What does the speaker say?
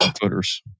footers